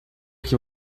que